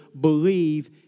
believe